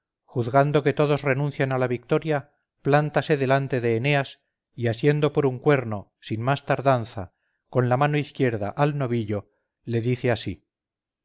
juzgando que todos renuncian a la victoria plántase delante de eneas y asiendo por un cuerno sin más tardanza con la mano izquierda al novillo dice así